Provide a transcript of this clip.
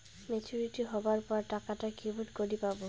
Maturity হবার পর টাকাটা কেমন করি পামু?